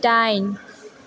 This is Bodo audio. डाइन